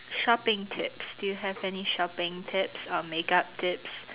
shopping tips do you have any shopping tips or makeup tips